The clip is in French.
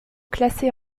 classé